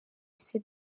yise